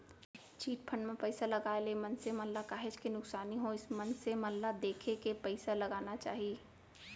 chit fund म पइसा लगाए ले मनसे मन ल काहेच के नुकसानी होइस मनसे मन ल देखे के पइसा लगाना चाही